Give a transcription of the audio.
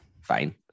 Fine